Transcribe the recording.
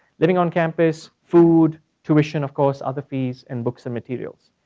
living on campus, food, tuition, of course, other fees, and books and materials.